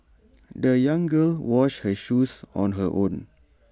the young girl washed her shoes on her own